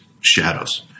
shadows